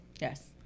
Yes